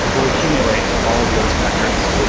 will accumulate all of those metrics,